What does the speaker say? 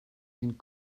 den